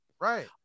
Right